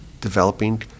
developing